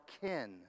kin